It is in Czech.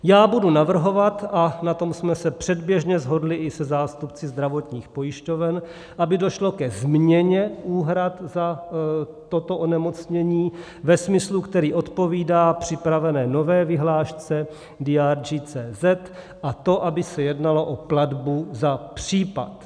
Já budu navrhovat, a na tom jsme se předběžně shodli i se zástupci zdravotních pojišťoven, aby došlo ke změně úhrad za toto onemocnění ve smyslu, který odpovídá připravené nové vyhlášce DRGCZ, a to, aby se jednalo o platbu za případ.